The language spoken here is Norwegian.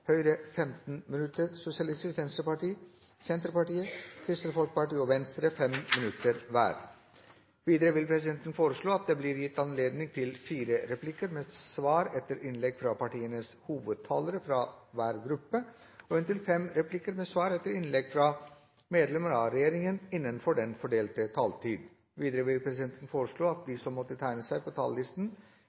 Høyre 15 minutter, Sosialistisk Venstreparti, Senterpartiet, Kristelig Folkeparti og Venstre 5 minutter hver. Videre vil presidenten foreslå at det blir gitt anledning til replikkordskifte på inntil fire replikker med svar etter innlegg fra partienes hovedtalere fra hver gruppe, og inntil fem replikker med svar etter innlegg fra medlemmer av regjeringen innenfor den fordelte taletid. Videre vil presidenten foreslå at de som måtte tegne seg på talerlisten